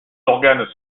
organes